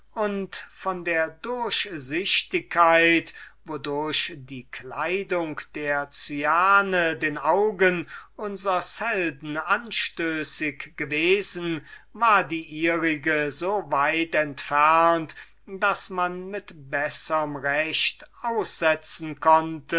von der durchsichtigkeit wodurch die kleidung der cyane den augen unsers helden anstößig gewesen war die ihrige so weit entfernt daß man mit besserm recht an ihr hätte aussetzen können